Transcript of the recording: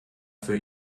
für